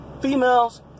Females